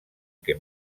que